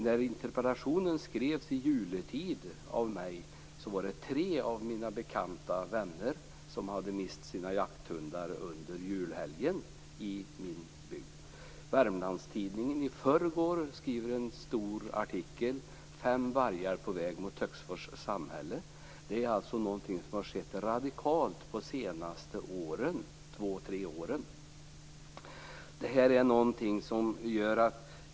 När interpellationen skrevs av mig i juletid hade tre av mina bekanta och vänner mist sina jakthundar under julhelgen i min bygd. Värmlandstidningen skrev i förrgår i en artikel: Fem vargar på väg mot Töcksfors samhälle. Det här är alltså något radikalt som skett under de senaste två, tre åren.